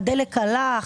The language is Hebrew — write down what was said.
הדלק עלה,